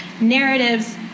narratives